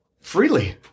freely